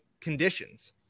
conditions